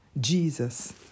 Jesus